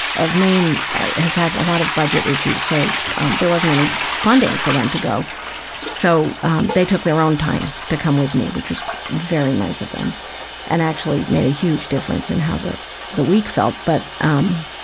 of maine has had a lot of budget issues so there wasn't any funding for them to go so they took their own time to come with me, which was very nice of them and actually made a huge difference in how the the week felt but, um,